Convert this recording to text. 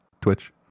Twitch